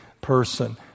person